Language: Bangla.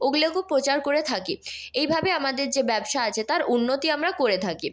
ওগুলোকেও প্রচার করে থাকি এইভাবে আমাদের যে ব্যবসা আছে তার উন্নতি আমরা করে থাকি